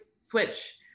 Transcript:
switch